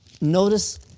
notice